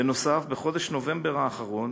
בנוסף, בחודש נובמבר האחרון